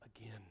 again